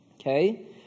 Okay